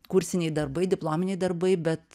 kursiniai darbai diplominiai darbai bet